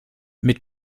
mit